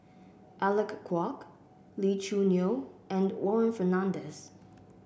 Alec Kuok Lee Choo Neo and Warren Fernandez